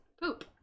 poop